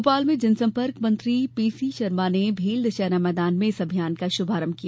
भोपाल में जनसम्पर्क मंत्री पीसी शर्मा ने भेल दशहरा मैदान में इस अभियान का शुभारंभ किया